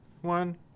one